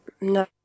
No